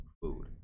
food